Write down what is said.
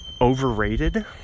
overrated